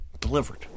Delivered